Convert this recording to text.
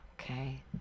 Okay